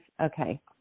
okay